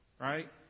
Right